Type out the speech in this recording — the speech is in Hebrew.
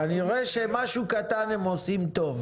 כנראה שמשהו קטן הם עושים טוב.